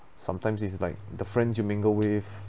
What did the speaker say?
sometimes is like the friends you mingle with